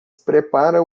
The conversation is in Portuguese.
prepara